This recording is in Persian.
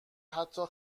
حتی